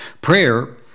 Prayer